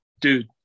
dude